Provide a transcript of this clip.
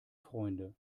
freunde